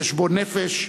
חשבון נפש.